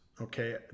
Okay